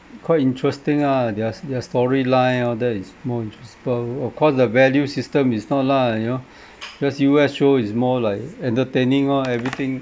quite interesting ah their their story line all that is more interesting but of course the value system is not lah you know because U_S show is more like entertaining oh everything